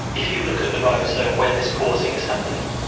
if you look at the ribosome when this pausing is happening,